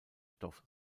stoff